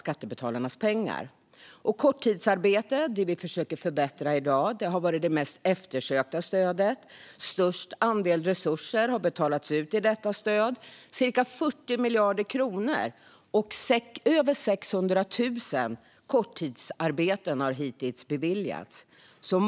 Korttidsarbetsstödet, det vi försöker att förbättra i dag, har varit det mest eftersökta stödet, och störst andel resurser har betalats ut i detta stöd. Cirka 40 miljarder kronor och över 600 000 korttidsarbeten har hittills beviljats.